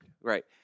Right